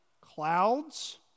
clouds